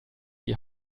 die